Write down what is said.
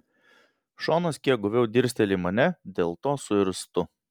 šonas kiek guviau dirsteli į mane dėl to suirztu